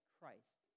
Christ